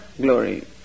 glory